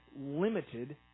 limited